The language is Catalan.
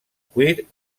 cuir